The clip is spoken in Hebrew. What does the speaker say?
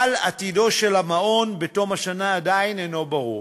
אבל עתידו של המעון בתום השנה עדיין אינו ברור.